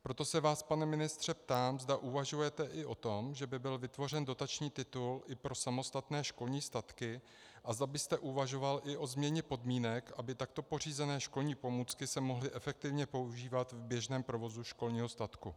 Proto se vás, pane ministře, ptám, zda uvažujete i o tom, že by byl vytvořen dotační titul i pro samostatné školní statky, a zda byste uvažoval i o změně podmínek, aby se takto pořízené školní pomůcky mohly efektivně používat v běžném provozu školního statku.